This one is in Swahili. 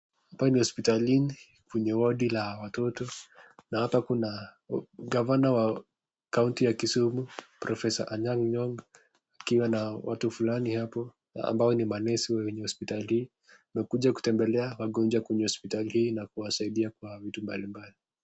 Hapa ni hospitalini kwenye wodi la watoto na hapa kuna Gavana wa kaunti ya Kisumu Profesa Anyang' Nyong'o akiwa na watu fulani hapo ambao ni manesi wenye hospitali hii. Wamekuja kutembelea wagonjwa kwenye hospitali hii na kuwasaidia kwa vitu mbali mbali.